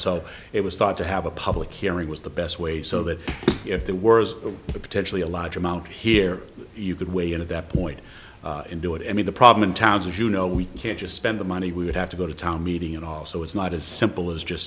so it was thought to have a public hearing was the best way so that if the worst of it potentially a large amount here you could weigh in at that point and do it i mean the problem in towns is you know we can't just spend the money we would have to go to town meeting and also it's not as simple as just